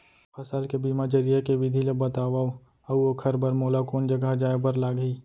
फसल के बीमा जरिए के विधि ला बतावव अऊ ओखर बर मोला कोन जगह जाए बर लागही?